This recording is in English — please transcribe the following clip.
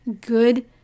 good